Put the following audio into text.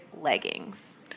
leggings